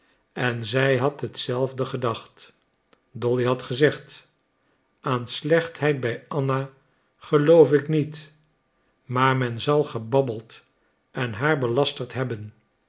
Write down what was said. en zij had hetzelfde gedacht dolly had gezegd aan slechtheid bij anna geloof ik niet maar men zal gebabbeld en haar belasterd hebben